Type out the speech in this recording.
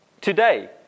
Today